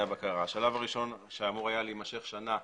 הבקרה: השלב הראשון שהיה אמור להימשך שנה,